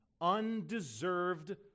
undeserved